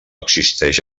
existeix